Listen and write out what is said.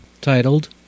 titled